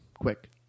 quick